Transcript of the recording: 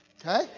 Okay